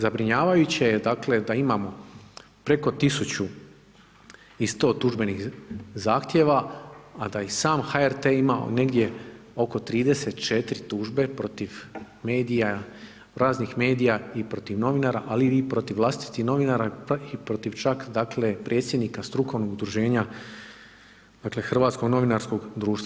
Zabrinjavajuće je dakle da imamo preko 1000 i 100 tužbenih zahtjeva a da ih sam HRT ima negdje oko 34 tužbe protiv medija, raznih medija i protiv novinara ali i protiv vlastitih novinara pa i protiv čak dakle predsjednika strukovnog udruženja Hrvatskog novinarskog društva.